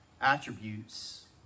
attributes